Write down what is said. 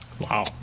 Wow